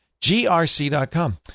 GRC.com